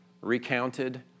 recounted